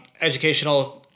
educational